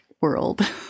world